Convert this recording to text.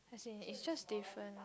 as in is just different